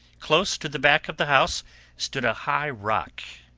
close to the back of the house stood a high rock,